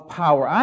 power